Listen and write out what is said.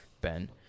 ben